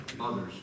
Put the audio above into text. others